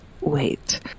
wait